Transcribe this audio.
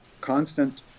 constant